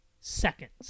seconds